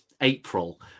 April